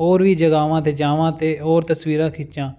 ਹੋਰ ਵੀ ਜਗ੍ਹਾਵਾਂ 'ਤੇ ਜਾਵਾਂ ਅਤੇ ਹੋਰ ਤਸਵੀਰਾਂ ਖਿੱਚਾਂ